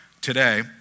today